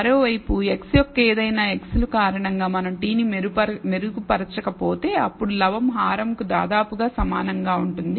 మరోవైపు x యొక్క ఏదైనా x లు కారణంగా మనం t ను మెరుగుపరచకపోతే అప్పుడు లవము హారంకు దాదాపుగా సమానంగా ఉంటుంది